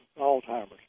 Alzheimer's